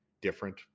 different